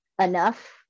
enough